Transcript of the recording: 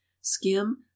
skim